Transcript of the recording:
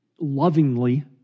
lovingly